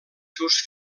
seus